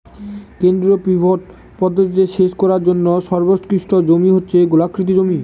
কেন্দ্রীয় পিভট পদ্ধতিতে সেচ করার জন্য সর্বোৎকৃষ্ট জমি হচ্ছে গোলাকৃতি জমি